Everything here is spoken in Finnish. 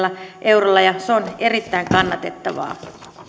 eurolla ja se on erittäin kannatettavaa